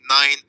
nine